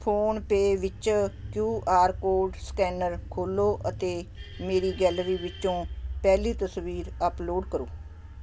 phone pay ਵਿੱਚ Q R code scanner ਖੋਚੋਂ ਅਤੇ ਮੇਰੀ ਗੈਲਰੀ ਵਿੱਚੋਂ ਪਹਿਲੀ ਤਸਵੀਰ ਅਪਲੋਡ ਕਰੋ